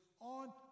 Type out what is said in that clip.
on